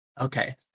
Okay